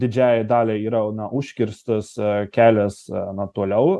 didžiajai daliai yra na užkirstas kelias na toliau